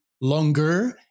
longer